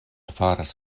faras